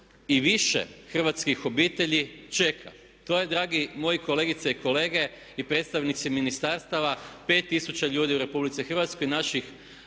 i više Hrvatskih obitelji čeka. To je dragi moji kolegice i kolege i predstavnici Ministarstava 5000 ljudi u RH,